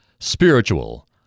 spiritual